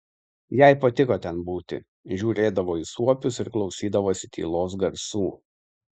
jai patiko ten būti žiūrėdavo į suopius ir klausydavosi tylos garsų